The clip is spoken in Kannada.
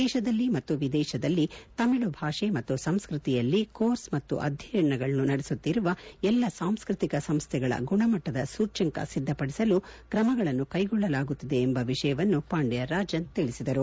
ದೇಶದಲ್ಲಿ ಮತ್ತು ವಿದೇಶದಲ್ಲಿ ತಮಿಳು ಭಾಷೆ ಮತ್ತು ಸಂಸ್ಕೃತಿಯಲ್ಲಿ ಕೋರ್ಸ್ ಮತ್ತು ಅಧ್ಯಯನಗಳನ್ನು ನಡೆಸುತ್ತಿರುವ ಎಲ್ಲಾ ಸಾಂಸ್ಪೃತಿಕ ಸಂಸ್ಥೆಗಳ ಗುಣಮಟ್ಟದ ಸೂಚ್ಯಂಕ ಸಿದ್ದಪಡಿಸಲು ಕ್ರಮಗಳನ್ನು ಕೈಗೊಳ್ಳಲಾಗುತ್ತಿದೆ ಎಂಬ ವಿಷಯವನ್ನು ಪಾಂಡಿಯರಾಜನ್ ತಿಳಿಸಿದರು